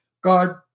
God